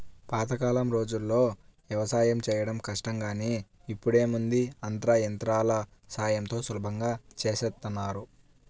పాతకాలం రోజుల్లో యవసాయం చేయడం కష్టం గానీ ఇప్పుడేముంది అంతా యంత్రాల సాయంతో సులభంగా చేసేత్తన్నారు